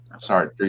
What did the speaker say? sorry